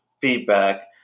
feedback